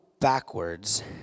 backwards